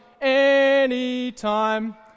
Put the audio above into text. anytime